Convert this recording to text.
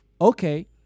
okay